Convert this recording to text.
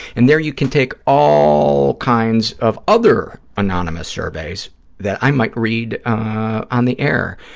and there you can take all kinds of other anonymous surveys that i might read on the air.